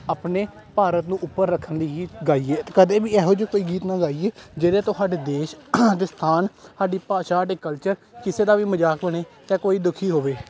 ਆਪਣੇ ਭਾਰਤ ਨੂੰ ਉੱਪਰ ਰੱਖਣ ਲਈ ਹੀ ਗਾਈਏ ਅਤੇ ਕਦੇ ਵੀ ਇਹੋ ਜਿਹੇ ਕੋਈ ਗੀਤ ਨਾ ਗਾਈਏ ਜਿਹੜੇ ਤੁਹਾਡੇ ਦੇਸ਼ ਅਤੇ ਸਥਾਨ ਸਾਡੀ ਭਾਸ਼ਾ ਸਾਡੇ ਕਲਚਰ ਕਿਸੇ ਦਾ ਵੀ ਮਜ਼ਾਕ ਬਣੇ ਜਾਂ ਕੋਈ ਦੁਖੀ ਹੋਵੇ